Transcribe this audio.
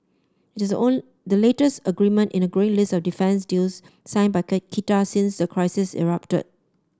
it is own the latest agreement in a grow list of defence deals signed by Qatar since the crisis erupted